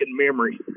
memory